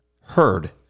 heard